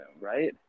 right